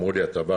אמרו לי: אתה בא?